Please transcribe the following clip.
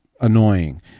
annoying